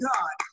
God